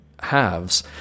halves